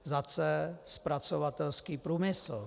Za c. Zpracovatelský průmysl.